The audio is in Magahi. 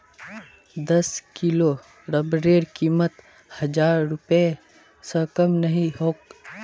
दस किलो रबरेर कीमत हजार रूपए स कम नी ह तोक